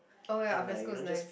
oh ya alfresco is nice